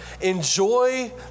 enjoy